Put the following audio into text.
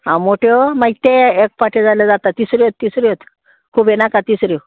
आं मोट्यो मागीर ते एक पाटें जाल्यार जाता तिसऱ्योत तिसऱ्योत खुबे नाका तिसऱ्यो